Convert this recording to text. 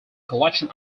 collection